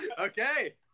Okay